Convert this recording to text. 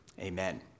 amen